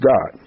God